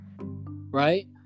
Right